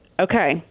Okay